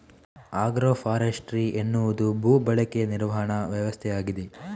agro forestry ಎನ್ನುವುದು ಭೂ ಬಳಕೆ ನಿರ್ವಹಣಾ ವ್ಯವಸ್ಥೆಯಾಗಿದೆ